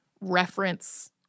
reference